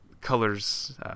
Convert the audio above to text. colors –